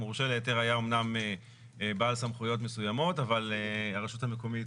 המורשה להיתר היה אמנם בעל סמכויות מסוימות אבל רשות הרישוי המקומית